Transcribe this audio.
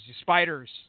spiders